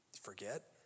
forget